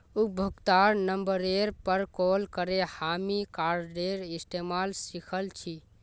उपभोक्तार नंबरेर पर कॉल करे हामी कार्डेर इस्तमाल सिखल छि